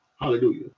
Hallelujah